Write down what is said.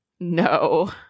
no